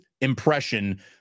impression